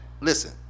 listen